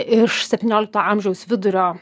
iš septyniolikto amžiaus vidurio